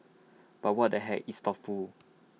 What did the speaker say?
but what the heck it's thoughtful